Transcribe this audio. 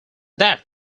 that